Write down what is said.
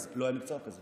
אז לא היה מקצוע כזה.